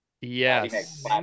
Yes